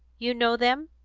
you know them?